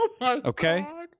Okay